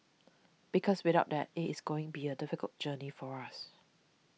because without that it is going be a difficult journey for us